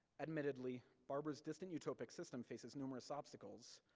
admittedly, barber's distant utopic system faces numerous obstacles,